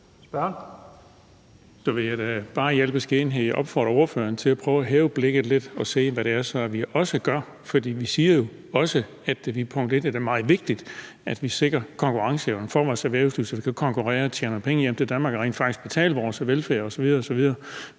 Så vil jeg da bare i al beskedenhed opfordre ordføreren til at prøve at hæve blikket lidt og se, hvad det er, vi også gør. For vi siger jo også, at det er meget vigtigt, at vi sikrer konkurrenceevnen for vores erhvervsliv, så vi kan konkurrere og tjene penge hjem til Danmark og rent faktisk betale vores velfærd osv.